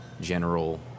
general